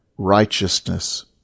righteousness